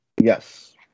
Yes